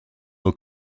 will